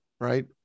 Right